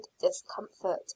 discomfort